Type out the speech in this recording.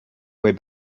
way